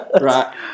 Right